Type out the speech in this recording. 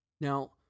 Now